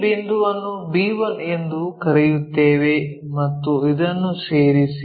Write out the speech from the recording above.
ಈ ಬಿಂದುವನ್ನು b1 ಎಂದು ಕರೆಯುತ್ತೇವೆ ಮತ್ತು ಇದನ್ನು ಸೇರಿಸಿ